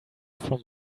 from